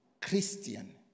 Christian